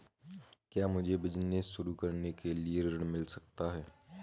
क्या मुझे बिजनेस शुरू करने के लिए ऋण मिल सकता है?